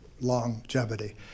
longevity